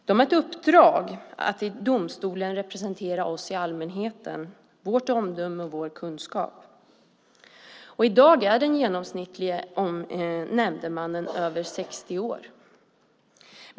De har i uppdrag att i domstolen representera oss i allmänheten, vårt goda omdöme och vår kunskap. I dag är den genomsnittlige nämndemannen över 60 år.